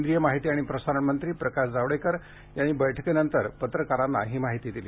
केंद्रीय माहिती आणि प्रसारण मंत्री प्रकाश जावडेकर यांनी बैठकीनंतर पत्रकारांना ही माहिती दिली